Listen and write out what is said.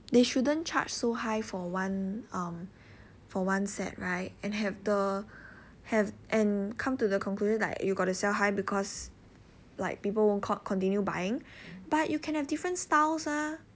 they shouldn't charge so high for one um for one set right and have the and come to the conclusion like eh you got to sell high because like people won't co~ continue buying but you can have different styles ah